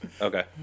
Okay